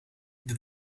die